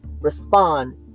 respond